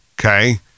Okay